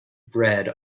bread